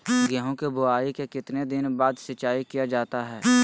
गेंहू की बोआई के कितने दिन बाद सिंचाई किया जाता है?